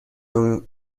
اون